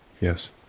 yes